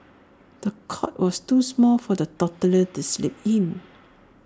the cot was too small for the toddler to sleep in